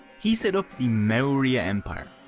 he set up the maurya empire,